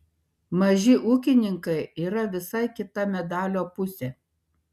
maži ūkininkai yra visai kita medalio pusė